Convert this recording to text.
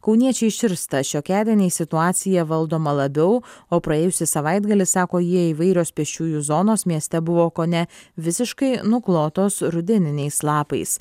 kauniečiai širsta šiokiadieniais situacija valdoma labiau o praėjusį savaitgalį sako jie įvairios pėsčiųjų zonos mieste buvo kone visiškai nuklotos rudeniniais lapais